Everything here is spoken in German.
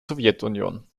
sowjetunion